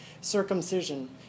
circumcision